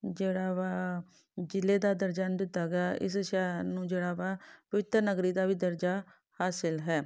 ਜਿਹੜਾ ਵਾ ਜਿਲ੍ਹੇ ਦਾ ਦਰਜਾ ਦਿੱਤਾ ਗਿਆ ਇਸ ਸ਼ਹਿਰ ਨੂੰ ਜਿਹੜਾ ਵਾ ਪਵਿੱਤਰ ਨਗਰੀ ਦਾ ਵੀ ਦਰਜਾ ਹਾਸਿਲ ਹੈ